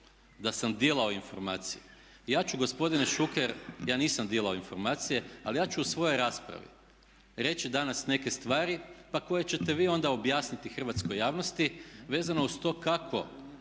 dilao, dilao informacije. Ja ću gospodine Šuker, ja nisam dilao informacije ali ja ću u svojoj raspravi danas reći neke stvari, pa koje ćete vi onda objasniti hrvatskoj javnosti vezano uz to kako